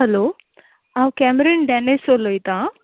hello हांव केमरीन Denis उलोयता